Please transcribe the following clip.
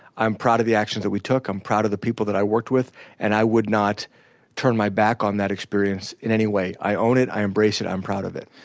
i'm proud of the actions that we took, i'm proud of the people that i worked with and i would not turn my back on that experience in any way. i own it. i embrace it. i'm proud of it